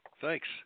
Thanks